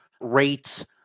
rates